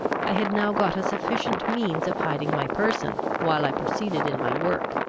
i had now got a sufficient means of hiding my person while i proceeded in my work,